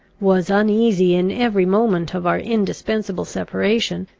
was uneasy in every moment of our indispensable separation,